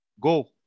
Go